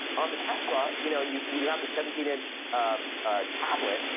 on the tesla, you know and you you have the seventeen inch um ah tablet,